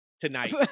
tonight